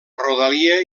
rodalia